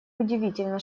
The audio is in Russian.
удивительно